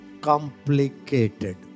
complicated